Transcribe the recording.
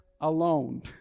alone